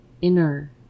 inner